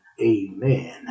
amen